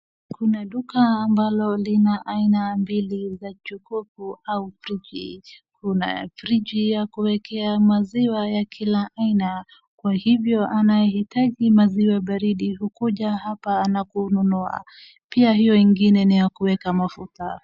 Kuna duka ambalo lina aina mbili za jokofu au fridge .Kuna fridge ya kuekea maziwa ya kila aina. Kwa hivyo anayehitaji maziwa baridi hukuja hapa na kununua. Pia hiyo ingine ni yakueka mafuta.